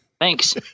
Thanks